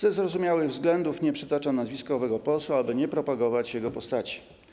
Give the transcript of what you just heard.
Ze zrozumiałych względów nie przytaczam nazwiska owego posła, aby nie propagować jego postaci.